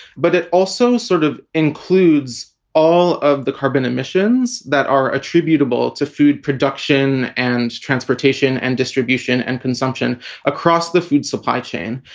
but it also sort of includes all of the carbon emissions that are attributable to food production and transportation and distribution and consumption across the food supply chain,